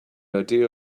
idea